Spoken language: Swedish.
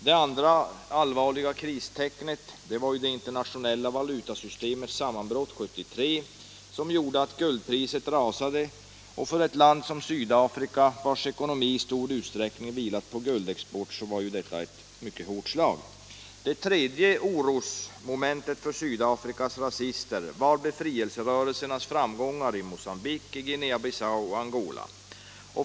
Det andra allvarliga kristecknet var det internationella valutasystemets sammanbrott 1973, som gjorde att guldpriset rasade. För ett land som Sydafrika, vars ekonomi i stor utsträckning vilat på guldexport, var detta ett hårt slag. Det tredje orosmomentet för Sydafrikas rasister var befrielserörelsernas framgångar i Mogambique, Guinea Bissau och Angola.